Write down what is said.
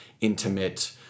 intimate